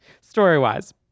story-wise